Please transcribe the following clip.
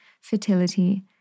fertility